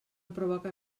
provoca